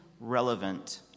relevant